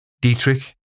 Dietrich